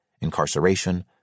incarceration